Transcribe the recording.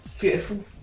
Beautiful